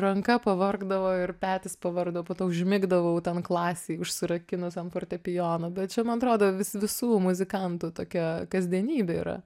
ranka pavargdavo ir petis pavargdavo po to užmigdavau ten klasėj užsirakinus ant fortepijono bet čia mantrodo vis visų muzikantų tokia kasdienybė yra